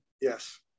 Yes